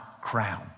crown